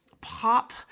pop